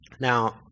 now